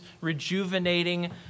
rejuvenating